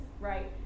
right